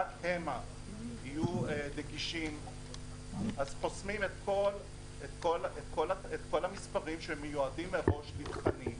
רק המה יהיו נגישים אז חוסמים את כל המספרים שמיועדים מראש לתכנים